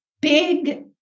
big